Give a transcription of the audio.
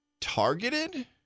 targeted